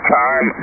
time